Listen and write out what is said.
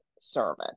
service